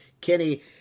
Kenny